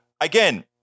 Again